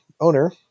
owner